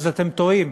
אז אתם טועים,